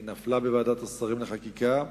היא נפלה בוועדת השרים לחקיקה,